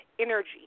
energy